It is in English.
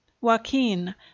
Joaquin